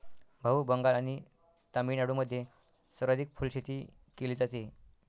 भाऊ, बंगाल आणि तामिळनाडूमध्ये सर्वाधिक फुलशेती केली जाते